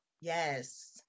Yes